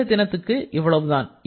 இன்றைய தினத்திற்கு இவ்வளவுதான்